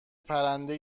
پرنده